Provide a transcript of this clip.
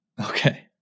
Okay